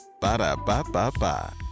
Ba-da-ba-ba-ba